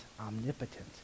omnipotent